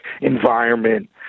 environment